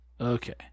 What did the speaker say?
Okay